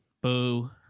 Boo